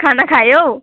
खाना खायौ